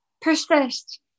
persist